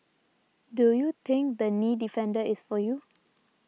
do you think the Knee Defender is for you